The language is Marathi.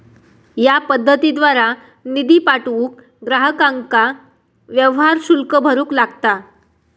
या पद्धतीद्वारा निधी पाठवूक ग्राहकांका व्यवहार शुल्क भरूक लागता